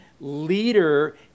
leader